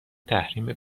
تحریم